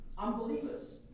unbelievers